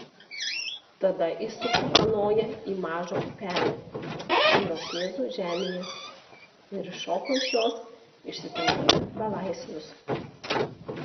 tada įsuko kanoją į mažą upelį irokėzų žemėje ir iššoko iš jos išsitempdami belaisvius